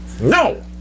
No